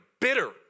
bitter